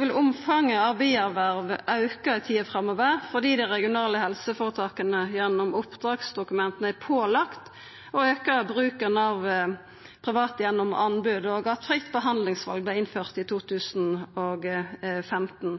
vil omfanget av bierverv auka i tida framover fordi dei regionale helseføretaka gjennom oppdragsdokumenta er pålagde å auka bruken av private gjennom anbod, og fordi fritt behandlingsval vart innført i 2015.